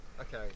Okay